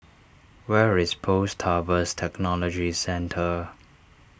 where is Post Harvest Technology Centre